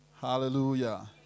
Hallelujah